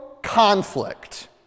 conflict